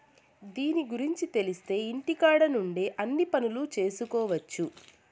దీని గురుంచి తెలిత్తే ఇంటికాడ నుండే అన్ని పనులు చేసుకొవచ్చు